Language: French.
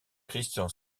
christian